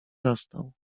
zastał